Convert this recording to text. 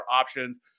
options